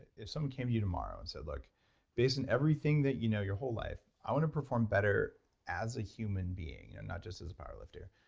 if someone came to you tomorrow, and said, like based on everything that you know you're whole life, i want to perform better as a human being and not just as a power lifter,